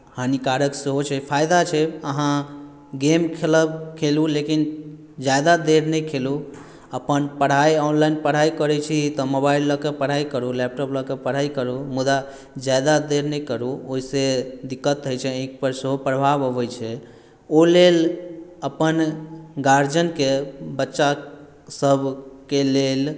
हानिकारक सेहो छै फायदा छै अहाँ गेम खेलब खेलू लेकिन ज्यादा देर नहि खेलू अपन पढ़ाइ ऑनलाइन पढ़ाइ करैत छी तऽ मोबाइल लऽ कऽ पढ़ाइ करू लैपटॉप लऽ कऽ पढ़ाइ करू मुदा ज्यादा देर नहि करू ओहिसँ दिक्क्त होइत छै आँखिपर सेहो प्रभाव अबैत छै ओहि लेल अपन गारजियनके बच्चासभके लेल